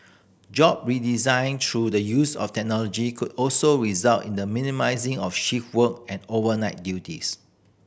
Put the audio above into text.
job redesign through the use of technology could also result in the minimising of shift work and overnight duties